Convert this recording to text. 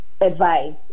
advice